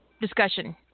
discussion